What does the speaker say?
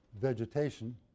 vegetation